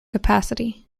capacity